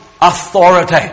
authority